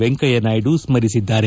ವೆಂಕಯ್ಯನಾಯ್ಡ ಸ್ಮರಿಸಿದ್ದಾರೆ